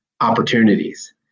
opportunities